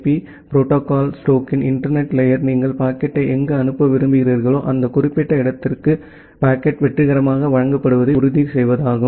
B protocol ஸ்டேக்கின் internet layer நீங்கள் பாக்கெட்டை எங்கு அனுப்ப விரும்புகிறீர்களோ அந்த குறிப்பிட்ட இடத்திற்கு பாக்கெட் வெற்றிகரமாக வழங்கப்படுவதை உறுதிசெய்வதாகும்